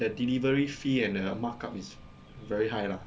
the delivery fee and uh markup is very high lah